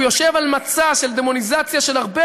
הוא יושב על מצע של דמוניזציה של הרבה